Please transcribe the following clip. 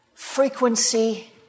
Frequency